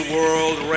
World